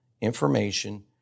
information